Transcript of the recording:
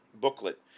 Booklet